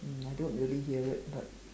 um I don't really hear it but